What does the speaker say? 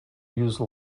use